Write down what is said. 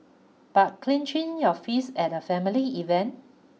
but clinching your fist at a family event